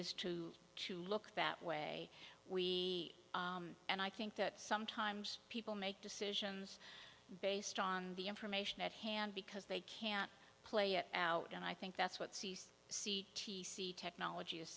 is to to look that way we and i think that sometimes people make decisions based on the information at hand because they can play it out and i think that's what c s c t c technology is